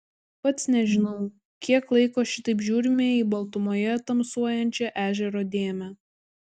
pats nežinau kiek laiko šitaip žiūrime į baltumoje tamsuojančią ežero dėmę